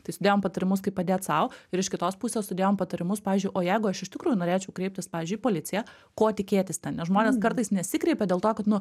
tai sudėjom patarimus kaip padėt sau ir iš kitos pusės sudėjom patarimus pavyzdžiui o jeigu aš iš tikrųjų norėčiau kreiptis pavyzdžiui į policiją ko tikėtis ten nes žmonės kartais nesikreipia dėl to kad nu